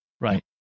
right